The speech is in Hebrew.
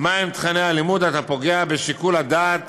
מהם תוכני הלימוד, אתה פוגע בשיקול הדעת